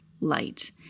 light